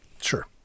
Sure